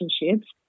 relationships